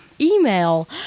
email